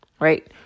Right